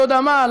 יסוד-המעלה,